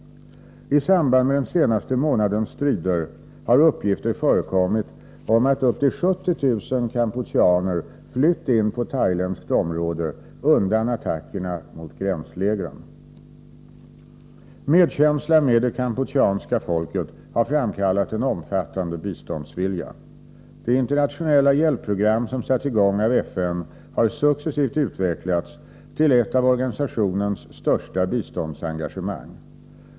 I samband med den senaste månadens strider har uppgifter förekommit om att upp till 70 000 kampucheaner flytt in på thailändskt område undan attackerna mot gränslägren. Medkänsla med det kampucheanska folket har framkallat en omfattande biståndsvilja. Det internationella hjälpprogram som satts i gång av FN har successivt utvecklats till ett av organisationens största biståndsengagemang.